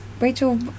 Rachel